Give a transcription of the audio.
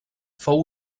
fou